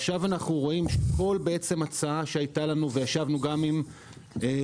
עכשיו אנחנו רואים שכל הצעה שהייתה לנו ישבנו גם עם יושבי-ראש